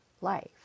life